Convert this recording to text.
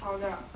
吵的 ah